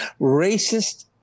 racist